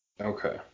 Okay